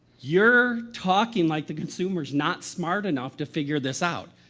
you're talking like the consumer's not smart enough to figure this out.